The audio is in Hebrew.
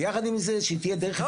ויחד עם זה שתהיה דרך אפקטיבית.